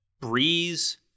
Breeze